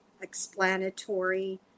explanatory